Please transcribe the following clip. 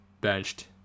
benched